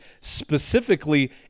Specifically